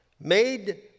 made